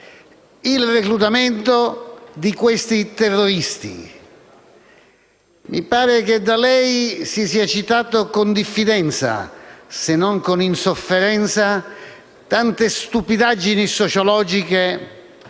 il reclutamento di questi terroristi. Mi pare che da lei siano state citate con diffidenza, se non con insofferenza, tante stupidaggini sociologiche